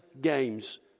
games